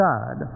God